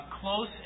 close